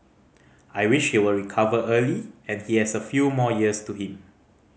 I wish he will recover early and he has a few more years to him